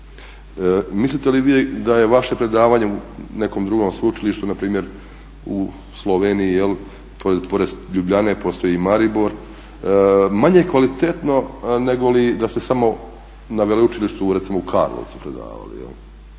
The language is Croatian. Mislite li vi da je vaše predavanje na nekom drugom sveučilištu na primjer u Sloveniji, pored Ljubljane postoji i Maribor manje kvalitetno nego li da ste samo na veleučilištu recimo u Karlovcu predavali. Ja